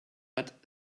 but